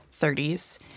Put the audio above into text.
30s